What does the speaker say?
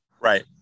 Right